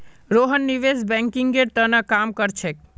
रोहन निवेश बैंकिंगेर त न काम कर छेक